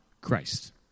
Christ